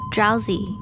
Drowsy